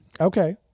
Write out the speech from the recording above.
Okay